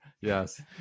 Yes